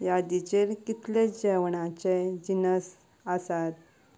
यादीचेर कितले जेवणाचे जिनस आसात